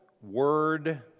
word